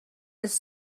this